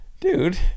Dude